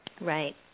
Right